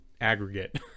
aggregate